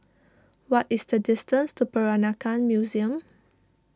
what is the distance to Peranakan Museum